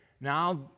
Now